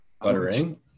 Buttering